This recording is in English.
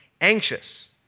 anxious